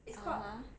(uh huh)